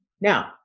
Now